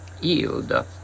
yield